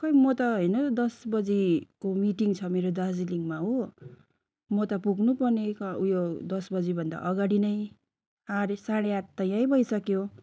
खै म त हेर्नु न दस बजीको मिटिङ छ मेरो दार्जिलिङमा हो म त पुग्नु पर्ने उयो दस बजीभन्दा अगाडि नै आडे साँढे आठ त यहीँ भइसक्यो